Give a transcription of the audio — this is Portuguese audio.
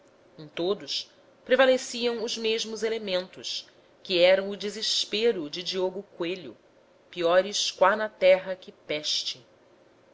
em todos prevaleciam os mesmos elementos que eram o desespero de duarte coelho piores qua na terra que peste